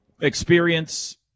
experience